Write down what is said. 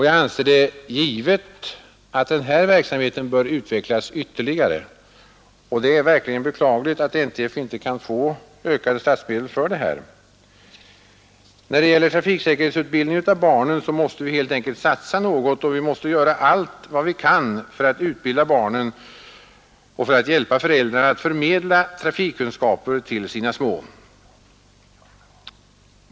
Jag anser det givet att den här verksamheten bör utvecklas ytterligare, och det är verkligen beklagligt att NTF inte kan få ökade statsmedel för den. Vi måste helt enkelt satsa något när det gäller trafiksäkerhetsutbildningen av barnen, och vi måste göra allt vi kan för att utbilda barnen och för att hjälpa föräldrarna att förmedla trafikkunskaper till sina små.